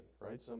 right